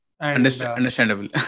Understandable